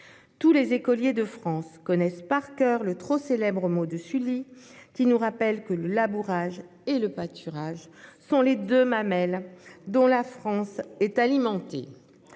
Tous les écoliers de France connaissent par coeur le trop célèbre mot de Sully :« le labourage et le pâturage sont les deux mamelles dont la France est alimentée.